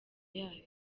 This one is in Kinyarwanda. yayo